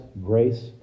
grace